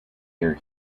year